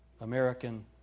American